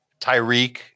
Tyreek